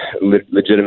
legitimate